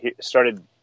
started